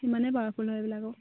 সিমানে powerful হয় এই বিলাকো